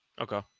Okay